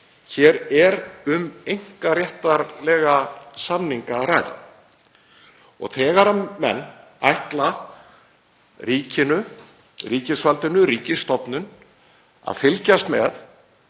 Hér er um einkaréttarlega samninga að ræða og þegar menn ætla ríkisvaldinu, ríkisstofnun, að fylgjast með